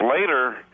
later